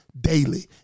daily